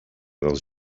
dels